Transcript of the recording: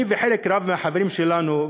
אני וחלק רב מהחברים שלנו,